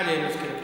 הודעה למזכיר הכנסת.